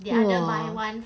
!whoa!